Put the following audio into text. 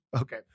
Okay